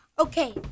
Okay